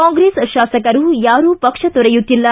ಕಾಂಗ್ರೆಸ್ ಶಾಸಕರು ಯಾರೂ ಪಕ್ಷ ತೊರೆಯುತ್ತಿಲ್ಲ